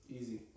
easy